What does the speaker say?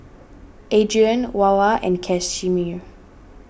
Adrien Wava and Casimir